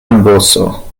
amboso